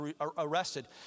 arrested